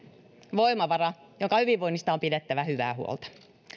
voimavara jonka hyvinvoinnista on pidettävä hyvää huolta